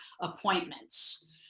appointments